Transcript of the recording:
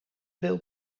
veel